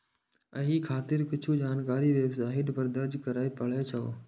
एहि खातिर किछु जानकारी वेबसाइट पर दर्ज करय पड़ै छै